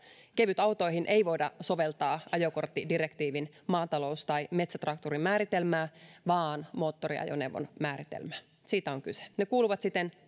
kevytautoihin ei voida soveltaa ajokorttidirektiivin maatalous tai metsätraktorin määritelmää vaan moottoriajoneuvon määritelmää siitä on kyse ne kuuluvat siten